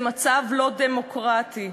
זה מצב לא דמוקרטי.